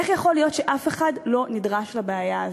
איך יכול להיות שאף אחד לא נדרש לבעיה הזו?